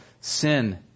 sin